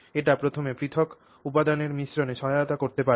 এটি প্রথমে পৃথক পৃথক উপাদানের মিশ্রণে সহায়তা করতে পারে